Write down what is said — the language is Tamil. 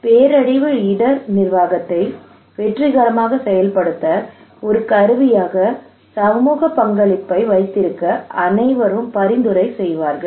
பேரழிவு இடர் நிர்வாகத்தை வெற்றிகரமாக செயல்படுத்த ஒரு கருவியாக சமூக பங்களிப்பை வைத்திருக்க அனைவரும் பரிந்துரை செய்வார்கள்